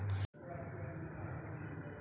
रोहित कापूस कापण्याचे यंत्र ठीक करत आहे